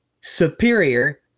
superior